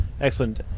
Excellent